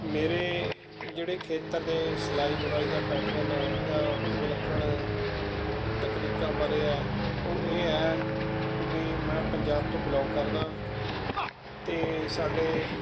ਮੇਰੇ ਜਿਹੜੇ ਖੇਤਰ ਦੇ ਸਿਲਾਈ ਬੁਣਾਈ ਦਾ ਪੈਟਰਨ ਹੈ ਜਾਂ ਕੁਝ ਵਿਲੱਖਣ ਤਕਨੀਕਾਂ ਬਾਰੇ ਹੈ ਉਹ ਇਹ ਹੈ ਵੀ ਮੈਂ ਪੰਜਾਬ ਤੋਂ ਬਿਲੋਂਗ ਕਰਦਾਂ ਅਤੇ ਸਾਡੇ